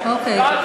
ואז,